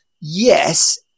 yes